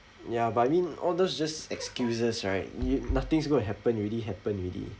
ya but I mean all those just excuses right you nothing's going to happen already happened already